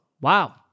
Wow